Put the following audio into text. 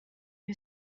who